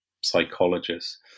psychologists